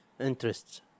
interests